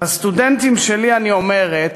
לסטודנטים שלי אני אומרת